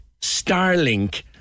Starlink